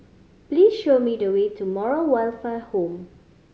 please show me the way to Moral Welfare Home